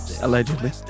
Allegedly